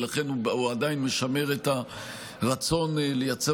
ולכן הוא עדיין משמר את הרצון לייצר